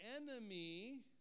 enemy